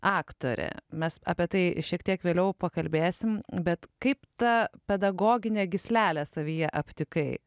aktorė mes apie tai šiek tiek vėliau pakalbėsime bet kaip tą pedagoginę gyslelę savyje aptikai